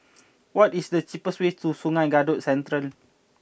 what is the cheapest way to Sungei Kadut Central